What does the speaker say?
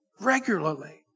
regularly